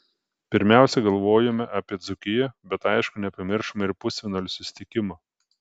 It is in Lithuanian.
pirmiausia galvojome apie dzūkiją bet aišku nepamiršome ir pusfinalio susitikimo